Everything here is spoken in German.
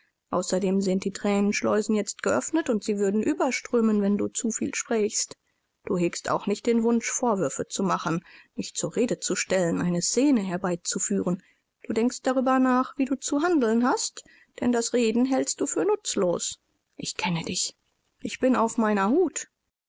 außerdem sind die thränenschleusen jetzt geöffnet und sie würden überströmen wenn du zu viel sprächst du hegst auch nicht den wunsch vorwürfe zu machen mich zur rede zu stellen eine scene herbeizuführen du denkst darüber nach wie du zu handeln hast denn das reden hältst du für nutzlos ich kenne dich ich bin auf meiner hut